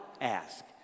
ask